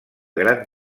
gran